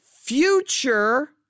future